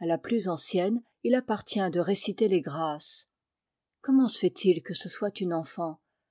à la plus ancienne il appartient de réciter les grâces comment se fait-il que ce soit une enfant